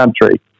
country